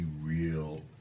real